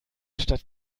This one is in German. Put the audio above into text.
stadt